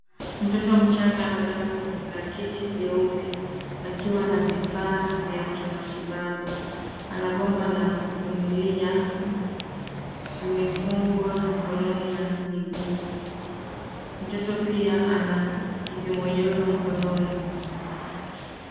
Mtoto mchanga amelala kwenye blanketi jeupe akiwa na vifaa vya kimatibabu. Ana bomba la kupumulia zimefungwa mkononi na miguu. Mtoto pia ana kipima joto mkononi.